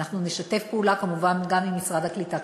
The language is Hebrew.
ואנחנו נשתף פעולה כמובן גם עם משרד הקליטה,